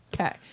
Okay